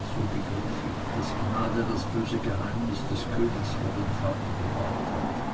so begriff ich daß gnade das böse geheimnis des königs vor dem vater bewahrt hatte